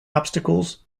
obstacles